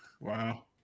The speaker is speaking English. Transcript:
Wow